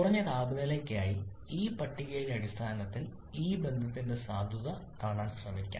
കുറഞ്ഞ താപനിലയ്ക്കായി ഈ പട്ടികയുടെ അടിസ്ഥാനത്തിൽ ഈ ബന്ധത്തിന്റെ സാധുത കാണാൻ ശ്രമിക്കാം